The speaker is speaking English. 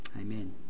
amen